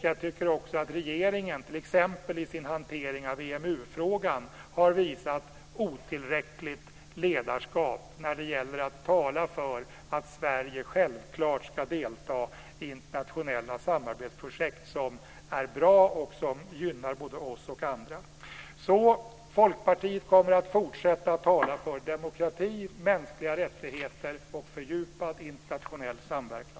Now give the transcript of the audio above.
Jag tycker också att regeringen, t.ex. i sin hantering av EMU-frågan, har visat otillräckligt ledarskap när det gäller att tala för att Sverige självklart ska delta i internationella samarbetsprojekt som är bra och som gynnar både oss och andra. Folkpartiet kommer att fortsätta att tala för demokrati, mänskliga rättigheter och fördjupad internationell samverkan.